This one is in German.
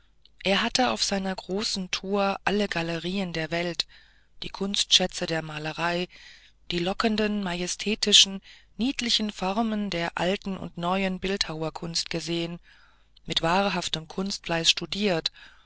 ansah er hatte auf seiner großen tour alle galerien der welt die kunstschätze der malerei die lockenden majestätischen niedlichen formen der alten und neuen bildhauerkunst gesehen mit wahrhaftem kunstfleiß studiert